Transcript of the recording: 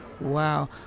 wow